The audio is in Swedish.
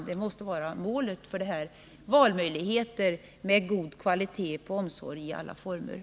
Målet måste vara möjlighet att välja mellan alla former av omsorg med god kvalitet.